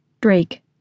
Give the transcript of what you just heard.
Drake